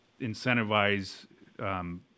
incentivize